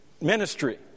ministry